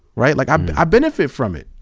right? like i but i benefit from it!